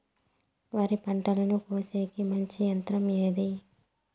వరి పంటను కోసేకి మంచి యంత్రం ఏది?